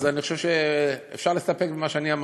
ולכן אני חושב שאפשר להסתפק במה שאמרתי.